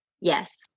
Yes